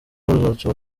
ruzatuma